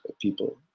people